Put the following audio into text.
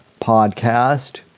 podcast